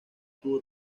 tuvo